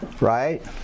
right